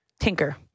Tinker